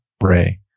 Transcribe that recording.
Ray